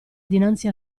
dinanzi